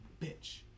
bitch